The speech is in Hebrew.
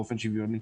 --- באופן שוויוני.